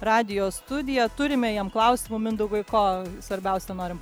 radijo studiją turime jam klausimų mindaugui ko svarbiausia norim